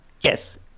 yes